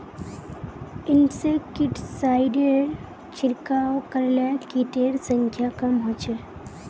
इंसेक्टिसाइडेर छिड़काव करले किटेर संख्या कम ह छ